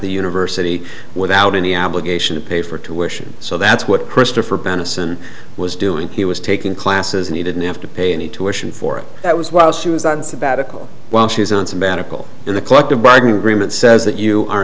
the university without any allegation of pay for tuition so that's what christopher benison was doing he was taking classes and he didn't have to pay any tuitions for that was while she was on sabbatical while she was on sabbatical in the collective bargaining agreement says that you are